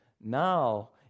Now